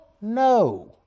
no